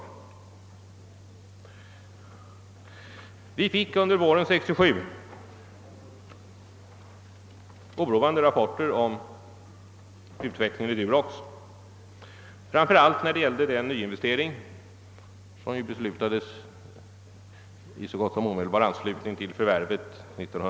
Vi fick successivt under våren 1967 oroande rapporter om utvecklingen i Durox framför allt i fråga om den nyinvestering för 1965/66 som beslutades i så gott som omedelbar anslutning till förvärvet.